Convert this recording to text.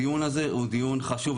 הדיון הזה הוא דיון חשוב,